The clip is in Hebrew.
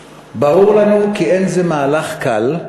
ברור לנו כי אין זה מהלך קל,